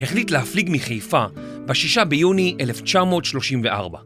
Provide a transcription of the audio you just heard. החליט להפליג מחיפה בשישה ביוני 1934